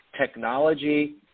technology